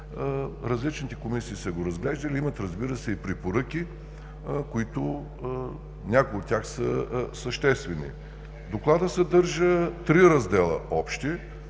Различните комисии са го разглеждали, имат, разбира се, и препоръки, някои от тях са съществени. Докладът съдържа три общи